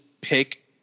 pick